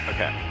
Okay